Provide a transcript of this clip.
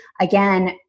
Again